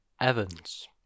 Evans